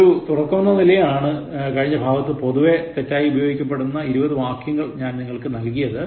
ഒരു തുടക്കമെന്ന നിലയിലാണ് കഴിഞ്ഞ ഭാഗത്ത് പൊതുവെ തെറ്റായി ഉപയോഗിക്കപ്പെടുന്ന ഇരുപത് വാക്കുകൾ ഞാൻ നിങ്ങൾക്ക് നൽകിയത്